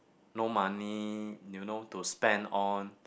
no money you know to spend on